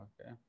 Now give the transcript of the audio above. okay